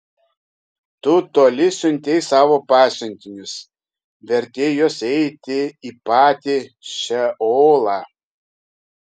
tu toli siuntei savo pasiuntinius vertei juos eiti į patį šeolą